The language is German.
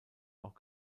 auch